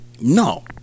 No